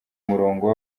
murongo